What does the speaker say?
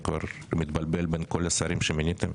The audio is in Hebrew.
אני כבר מתבלבל בין כל השרים שמיניתם,